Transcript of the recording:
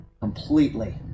completely